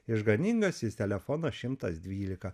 išganingasis telefonas šimtas dvylika